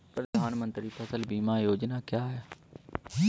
प्रधानमंत्री फसल बीमा योजना क्या है?